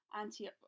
anti